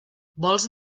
vols